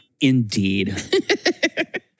indeed